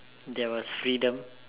there was freedom